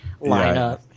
lineup